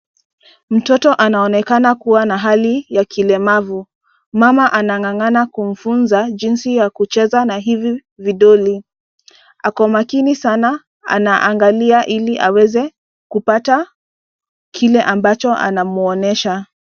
Mtoto anaonekana kua na hali ya kilemavu, mama anangangana kumfunza jinsi ya kucheza na hivi vidoli. Ako makini sana anaangalia ili aweze kupata kile ambacho anamwonyesha.